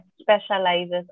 specializes